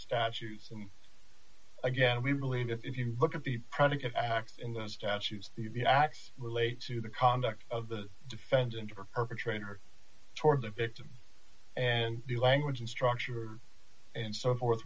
statutes and again we believe that if you look at the predicate in the statutes the act relates to the conduct of the defendant or perpetrator toward the victim and the language and structure and so forth